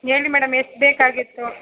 ಹೇಳಿ ಮೇಡಮ್ ಎಷ್ಟು ಬೇಕಾಗಿತ್ತು